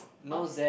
obviously